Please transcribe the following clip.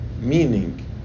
meaning